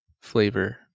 flavor